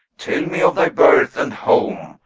tell me of thy birth and home,